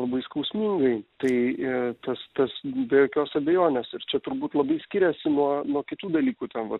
labai skausmingai tai i tas tas be jokios abejonės ir čia turbūt labai skiriasi nuo nuo kitų dalykų ten va